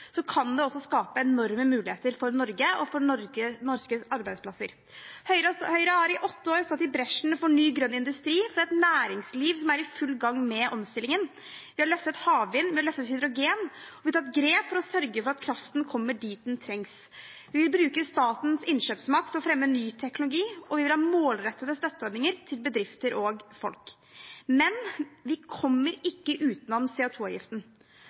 kan det også skape enorme muligheter for Norge og for norske arbeidsplasser. Høyre har i åtte år gått i bresjen for ny, grønn industri, for et næringsliv som er i full gang med omstillingen. Vi har løftet havvind, vi har løftet hydrogen, og vi har tatt grep for å sørge for at kraften kommer dit den trengs. Vi vil bruke statens innkjøpsmakt til å fremme ny teknologi, og vi vil ha målrettede støtteordninger til bedrifter og folk. Men vi kommer ikke utenom